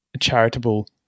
charitable